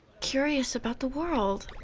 curious about the world.